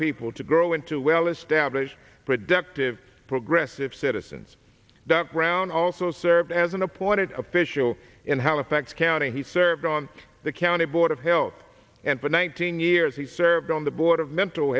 people to grow into well established productive progressive citizens doc brown also served as an appointed official in halifax county he served on the county board of health and for nineteen years he served on the board of mental